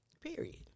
Period